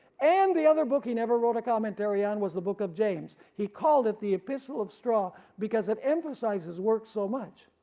and the other book he never wrote a commentary on was the book of james. he called it the epistle of straw because it emphasizes work so much,